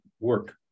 work